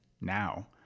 now